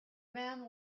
man